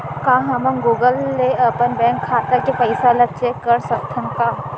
का हमन गूगल ले अपन बैंक खाता के पइसा ला चेक कर सकथन का?